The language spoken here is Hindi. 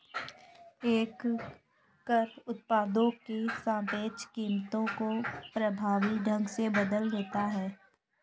एक कर उत्पादों की सापेक्ष कीमतों को प्रभावी ढंग से बदल देता है